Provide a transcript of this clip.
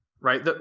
right